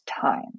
time